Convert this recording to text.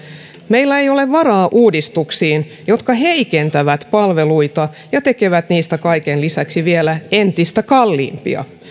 meillä ei ole varaa uudistuksiin jotka heikentävät palveluita ja tekevät niistä kaiken lisäksi vielä entistä kalliimpia